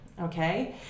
Okay